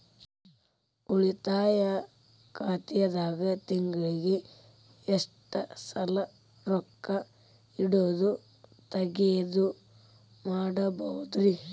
ಉಳಿತಾಯ ಖಾತೆದಾಗ ತಿಂಗಳಿಗೆ ಎಷ್ಟ ಸಲ ರೊಕ್ಕ ಇಡೋದು, ತಗ್ಯೊದು ಮಾಡಬಹುದ್ರಿ?